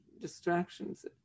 distractions